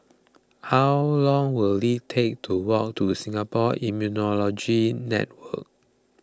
how long will it take to walk to Singapore Immunology Network